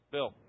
Bill